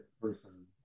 person